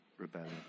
rebellion